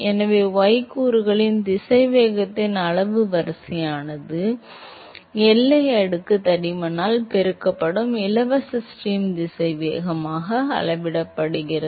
எனவே y கூறுகளின் திசைவேகத்தின் அளவு வரிசையானது எல்லை அடுக்கு தடிமனால் பெருக்கப்படும் இலவச ஸ்ட்ரீம் திசைவேகமாக அளவிடப்படுகிறது